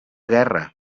guerra